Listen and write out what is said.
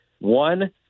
one